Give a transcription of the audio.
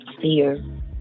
fear